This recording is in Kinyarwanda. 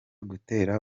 gutera